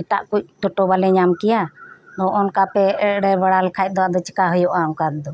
ᱮᱴᱟᱜ ᱠᱚ ᱴᱳᱴᱳ ᱵᱟᱞᱮ ᱧᱟᱢ ᱠᱮᱭᱟ ᱟᱫᱚ ᱱᱚᱜᱚᱭ ᱱᱚᱠᱟ ᱯᱮ ᱮᱲᱮ ᱵᱟᱲᱟ ᱞᱮᱠᱷᱟᱱ ᱫᱚ ᱪᱤᱠᱟ ᱦᱳᱭᱳᱜ ᱚᱱᱠᱟ ᱛᱮᱫᱚ